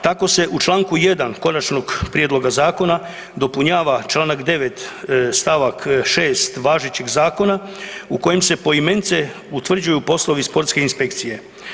Tako se u članku 1. Konačnog prijedloga zakona dopunjava članak 9. stavak 6. važećeg zakona u kojem se poimence utvrđuju poslovi sportske inspekcije.